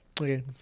Okay